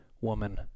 woman